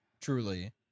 truly